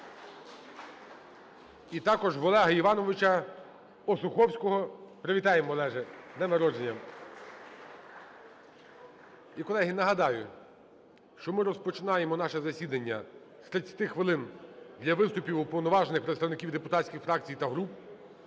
І також у Олега Івановича Осуховського. Привітаємо, Олеже, з днем народження! (Оплески) І, колеги, нагадаю, що ми розпочинаємо наше засідання з 30 хвилин для виступів уповноважених представників депутатських фракцій та груп.